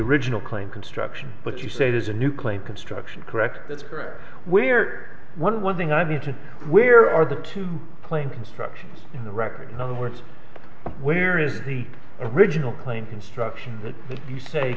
original claim construction but you say there's a new claim construction correct that's correct where one one thing i did to where are the two plain constructions in the record in other words where is the original claim constructions that if you say